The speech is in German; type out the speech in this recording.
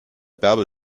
bärbel